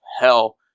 hell